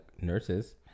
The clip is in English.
nurses